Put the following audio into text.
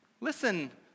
Listen